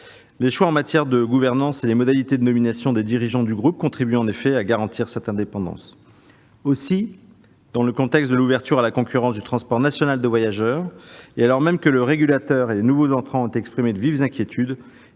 Les choix en matière de gouvernance et les modalités de nomination des dirigeants du groupe contribuent en effet à garantir cette indépendance. Aussi, dans le contexte de l'ouverture à la concurrence du transport national de voyageurs et alors même que le régulateur et les nouveaux entrants ont exprimé de vives inquiétudes,